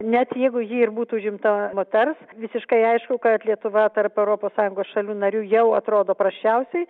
net jeigu ji ir būtų užimta moters visiškai aišku kad lietuva tarp europos sąjungos šalių narių jau atrodo prasčiausiai